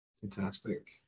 Fantastic